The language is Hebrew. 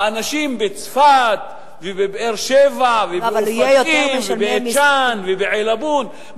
האנשים בצפת ובבאר-שבע ובאופקים ובבית-שאן ובעילבון,